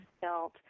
felt